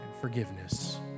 forgiveness